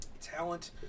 talent